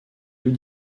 plus